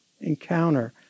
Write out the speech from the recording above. encounter